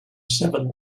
seven